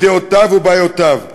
דעותיו ובעיותיו,